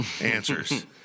answers